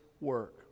work